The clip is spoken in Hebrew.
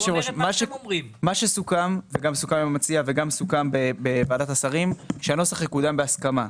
מה שסוכם עם המציע וסוכם בוועדת שרים זה שהנוסח יקודם בהסכמה.